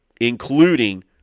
including